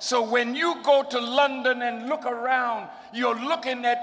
so when you go to london and look around you're looking at